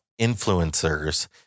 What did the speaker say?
influencers